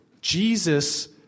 jesus